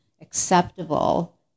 acceptable